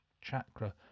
Chakra